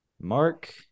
Mark